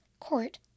court